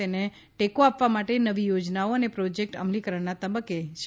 તેને ટેકો આપવા માટે નવી યોજનાઓ અને પ્રોજેક્ટ અમલીકરણના તબક્કે છે